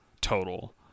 total